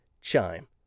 Chime